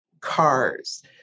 cars